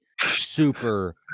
super